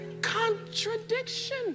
contradiction